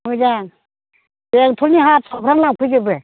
मोजां बेंटलनि हारसाफ्रा लांफैजोबो